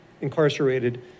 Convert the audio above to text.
incarcerated